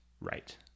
right